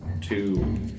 Two